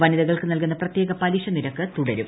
വനിതകൾക്ക് നൽകുന്ന പ്രത്യേക പലിശനിരക്ക് തുടരും